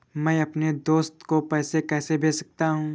मैं अपने दोस्त को पैसे कैसे भेज सकता हूँ?